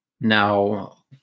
now